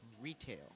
retail